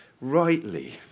rightly